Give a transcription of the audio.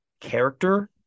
character